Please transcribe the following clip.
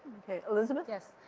ok, elizabeth.